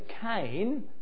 Cain